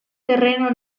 terreno